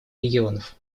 регионов